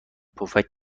پفک